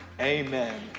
Amen